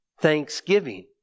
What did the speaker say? thanksgiving